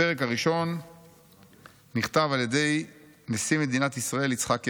הפרק הראשון נכתב על ידי נשיא מדינת ישראל יצחק הרצוג.